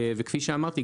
כפי שאמרתי,